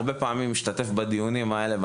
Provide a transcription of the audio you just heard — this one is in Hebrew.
אני הרבה פעמים משתתף בדיונים האלה,